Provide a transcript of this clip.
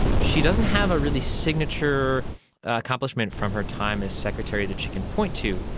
she doesn't have a really signature accomplishment from her time as secretary that she can point to,